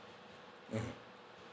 mmhmm